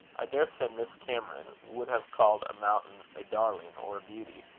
i daresay miss cameron would have called a mountain a darling or a beauty.